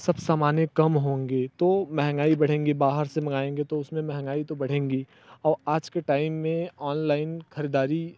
सब समाने कम होंगे तो महँगाई बढ़ेगी बाहर से मँगवाएँगे तो उसमें महँगाई तो बढ़ेगी और आज के टाइम में ऑनलाइन खरीदारी